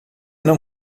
não